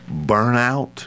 burnout